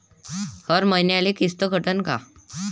हर मईन्याले किस्त कटन का?